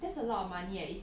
hundred orh